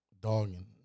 Dogging